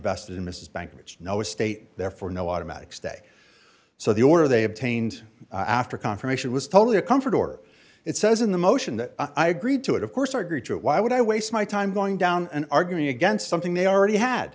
vested in mrs bank which no state therefore no automatic stay so the order they obtained after confirmation was totally a comforter it says in the motion that i agreed to it of course argue to it why would i waste my time going down and arguing against something they already had